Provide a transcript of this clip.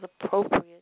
appropriate